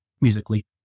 musically